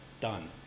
Done